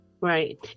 Right